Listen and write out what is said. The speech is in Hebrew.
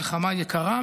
מלחמה יקרה,